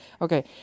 Okay